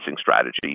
strategy